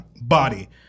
body